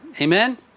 Amen